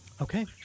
Okay